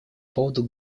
поводу